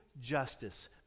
justice